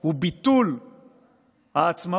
היא ביטול העצמאות